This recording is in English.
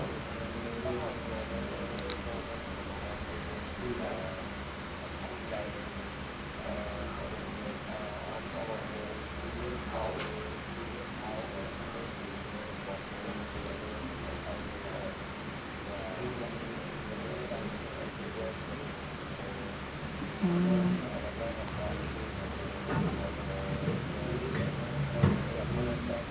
mm